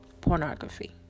pornography